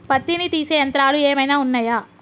పత్తిని తీసే యంత్రాలు ఏమైనా ఉన్నయా?